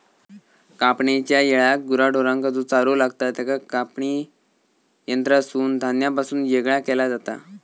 कापणेच्या येळाक गुरा ढोरांका जो चारो लागतां त्याका कापणी यंत्रासून धान्यापासून येगळा केला जाता